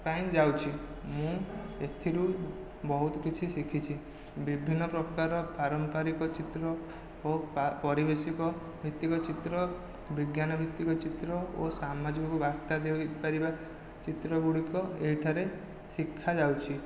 ପାଇଁ ଯାଉଛି ମୁଁ ଏଥିରୁ ବହୁତ କିଛି ଶିଖିଛି ବିଭିନ୍ନ ପ୍ରକାର ପାରମ୍ପରିକ ଚିତ୍ର ଓ ପରିବେଶ ଭିତ୍ତିକ ଚିତ୍ର ବିଜ୍ଞାନ ଭିତ୍ତିକ ଚିତ୍ର ଓ ସାମାଜିକ ବାର୍ତ୍ତା ଦେଇପାରିବ ଚିତ୍ରଗୁଡ଼ିକ ଏହିଠାରେ ଶିଖା ଯାଉଛି